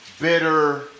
bitter